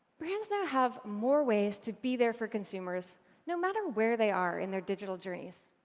brands now have more ways to be there for consumers no matter where they are in their digital journeys.